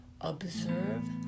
observe